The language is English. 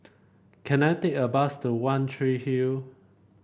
can I take a bus to One Tree Hill